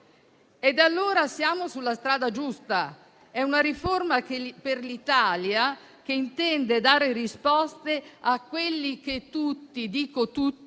allora sulla strada giusta. È una riforma per l'Italia, che intende dare risposte a quelli che tutti - dico tutti